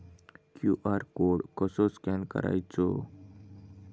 QR code कसो scan करायचो?